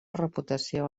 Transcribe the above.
reputació